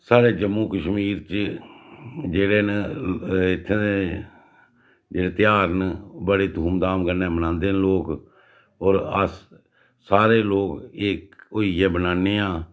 साढ़े जम्मू कश्मीर च जेह्ड़े न इ'त्थें दे ध्यार न ओह् बड़े धूमधाम कन्नै मनांदे न लोक होर अस सारे लोक इक होइयै मनान्ने आं